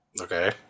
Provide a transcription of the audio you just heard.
Okay